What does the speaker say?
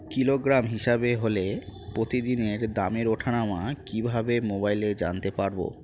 Kilogram হিসাবে হলে প্রতিদিনের দামের ওঠানামা কিভাবে মোবাইলে জানতে পারবো?